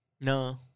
No